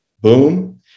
boom